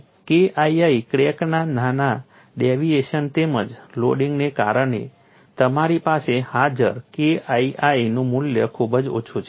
અને KII ક્રેકના નાના ડેવિએશન તેમજ લોડિંગને કારણે તમારી પાસે હાજર KII નું મૂલ્ય ખૂબ જ ઓછું છે